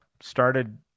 started